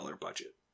budget